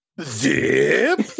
Zip